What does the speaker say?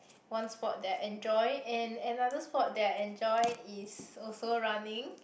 one sport that I enjoy and another sport that I enjoy is also running